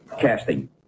Casting